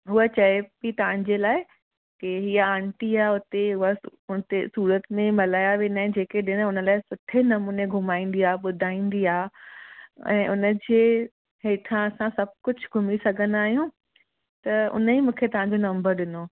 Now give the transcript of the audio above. हूअ चए थी तव्हांजे लाइ के इहा आंटी आहे हूते वर्क हूते सूरत में मल्हाया वेंदा आहिनि जेके ॾींहुं सुठे नमूने घुमाईंदी आहे ॿुधाईंदी आहे ऐं हुनजे हेठा असां सभु कुझु घुमी सघंदा आहियूं त उन ई मूंखे तव्हां जो नंबर ॾिनो